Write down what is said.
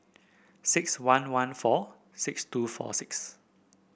six one one four six two four six